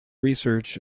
research